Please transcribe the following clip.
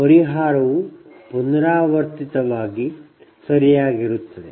ಪುನರಾವರ್ತಿತವಾಗಿ ಪರಿಹಾರವು ಸರಿಯಾಗಿರುತ್ತದೆ